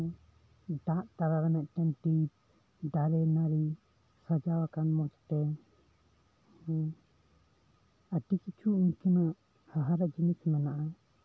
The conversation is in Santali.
ᱫᱟᱜ ᱛᱟᱞᱟᱨᱮ ᱢᱤᱫᱴᱮᱱ ᱫᱤᱯ ᱫᱟᱨᱮ ᱱᱟᱲᱤ ᱥᱟᱡᱟᱣ ᱟᱠᱟᱱ ᱢᱚᱡᱽ ᱛᱮ ᱦᱮᱸ ᱟᱹᱰᱤ ᱠᱤᱪᱷᱩ ᱤᱱᱠᱟᱹᱱᱟᱜ ᱦᱟᱦᱟᱲᱟᱜ ᱡᱤᱱᱤᱥ ᱢᱮᱱᱟᱜᱼᱟ